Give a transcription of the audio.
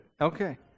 Okay